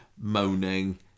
moaning